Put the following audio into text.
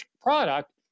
product